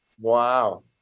Wow